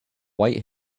white